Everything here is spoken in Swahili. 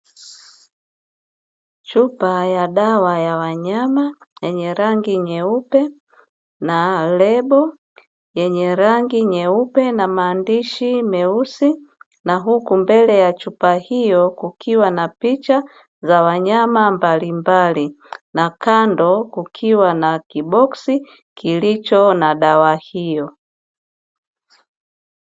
Chupa ya dawa ya wanyama yenye rangi nyeupe na lebo yenye rangi nyeupe na maandishi meusi na huku mbele ya chupa hiyo kukiwa na picha za wanyama mbalimbali na kando kukiwa na kiboksi kilicho na dawa hiyo.